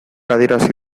adierazi